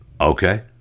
Okay